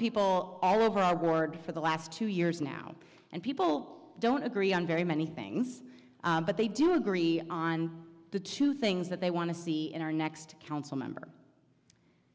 people all over our board for the last two years now and people don't agree on very many things but they do agree on the two things that they want to see in our next council member